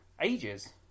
ages